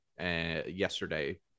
yesterday